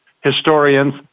historians